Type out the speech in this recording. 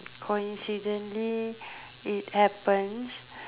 coincidentally it happens